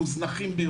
מאוד מוזנחים.